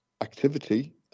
activity